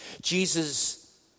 Jesus